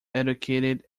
educated